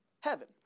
heaven